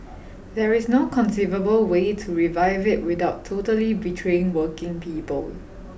there is no conceivable way to revive it without totally betraying working people